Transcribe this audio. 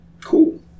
Cool